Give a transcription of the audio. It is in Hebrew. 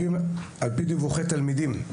לפי דיווחי תלמידים,